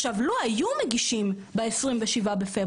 לו היו מגישים ב-27.02,